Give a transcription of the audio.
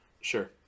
Sure